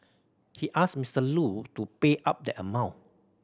he asked Mister Lu to pay up that amount